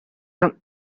from